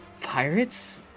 pirates